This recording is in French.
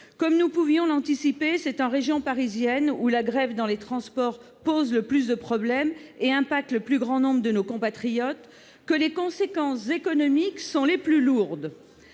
Comme nous pouvions l'anticiper, c'est en région parisienne, là où la grève dans les transports pose le plus de problèmes et concerne le plus grand nombre de nos compatriotes, que les conséquences économiques sont les plus lourdes.